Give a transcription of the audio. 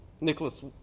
Nicholas